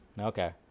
Okay